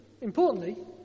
importantly